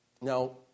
Now